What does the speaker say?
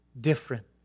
different